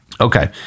Okay